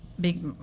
big